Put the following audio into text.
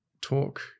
talk